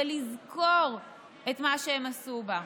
ולזכור את מה שהם עשו בה.